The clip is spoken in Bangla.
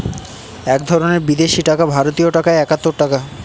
এক ধরনের বিদেশি টাকা ভারতীয় টাকায় একাত্তর টাকা